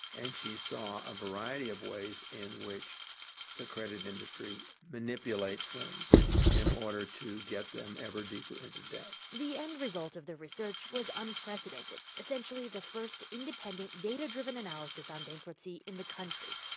and she saw a variety of ways in which the credit industry manipulates things in order to get them ever deeper into debt the end result of the research was unprecedented. essentially, the first independent, data-driven analysis on bankruptcy in the country.